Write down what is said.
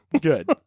Good